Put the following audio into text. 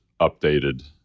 updated